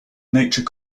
nature